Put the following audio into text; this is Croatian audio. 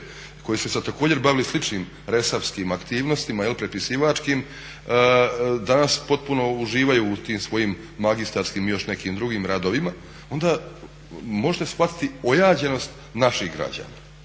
koji su se također bavili sličnim resavskim aktivnostima, prepisivačkim danas potpuno uživaju u tim svojim magistarskim i još nekim drugim radovima, onda možete shvatiti ojađenost naših građana